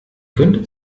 könnte